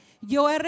yo